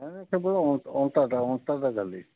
କେବଳ ଅଣ୍ଟାଟା ଅଣ୍ଟାଟା ଖାଲି